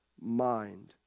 mind